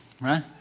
right